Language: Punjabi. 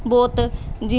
ਬਹੁਤ ਜੀ